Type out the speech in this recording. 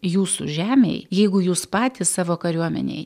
jūsų žemėj jeigu jūs patys savo kariuomenei